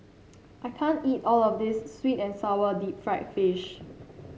I can't eat all of this sweet and sour Deep Fried Fish